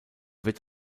wird